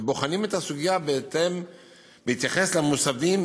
ובוחנים את הסוגיה בהתייחס למוסבים,